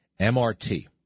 MRT